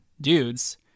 dudes